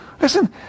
Listen